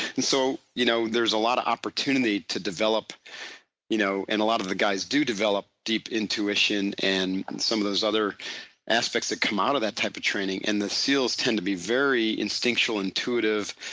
and so, you know there's a lot of opportunity to develop you know and a lot of the guys do develop deep intuition and and some of those other aspects that come out of that type of training and the seals tend to be very instinctual, intuitive,